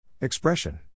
Expression